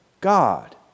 God